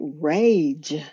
rage